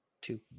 two